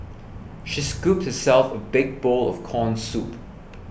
she scooped herself a big bowl of Corn Soup